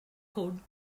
code